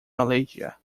malaysia